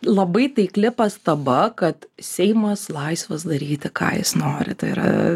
labai taikli pastaba kad seimas laisvas daryti ką jis nori tai yra